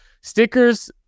Stickers